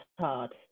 hard